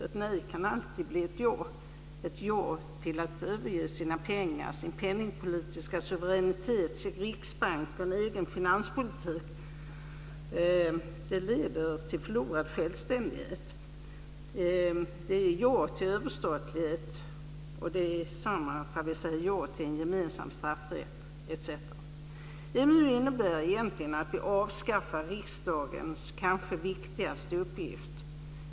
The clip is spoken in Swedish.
Ett nej kan alltid bli ett ja, ett ja till att överge sina pengar, sin penningpolitiska suveränitet, sin riksbank och en egen finanspolitik. Det leder till förlorad självständighet. Det är ett ja till överstatlighet, och det är detsamma som att säga ja till en gemensam straffrätt. EMU innebär egentligen att vi avskaffar riksdagens kanske viktigaste uppgift.